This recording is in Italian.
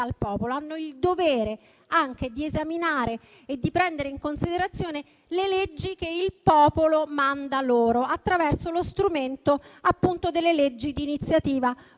hanno il dovere anche di esaminare e di prendere in considerazione le leggi che il popolo manda loro, attraverso lo strumento delle leggi di iniziativa